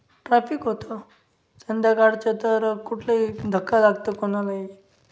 traffic होतं संध्याकाळचं तर कुठलेही धक्का लागतं कोणालाही